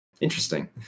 Interesting